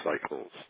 cycles